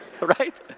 right